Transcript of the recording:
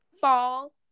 fall